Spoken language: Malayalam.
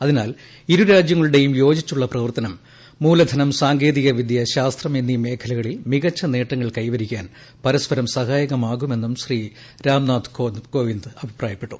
അതി്നാൽ ഇരുരാജ്യങ്ങളുടെയും യോജിച്ചുള്ള പ്രവർത്തനം മൂലധനം സാങ്കേതികവിദ്യ ശാസ്ത്രം എന്നീ മേഖലകളിൽ മികച്ച നേട്ടങ്ങൾ കൈവരിക്കാൻ പരസ്പരം സഹായകമാകുമെന്നും ശ്രീ രാംനാഥ് കോവിന്ദ് അഭിപ്രായപ്പെട്ടു